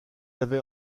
lavait